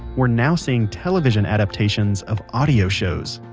we're now seeing television adaptations of audio shows.